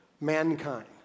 Mankind